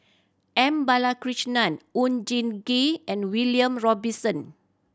M Balakrishnan Oon Jin Gee and William Robinson